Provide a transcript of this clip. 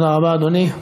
תודה רבה, אדוני.